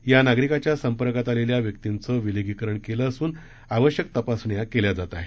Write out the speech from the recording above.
या नागरिकाच्या संपर्कात आलेल्या व्यक्तींचं विलगीकरण केलं असून आवश्यक तपासण्या केल्या जात आहेत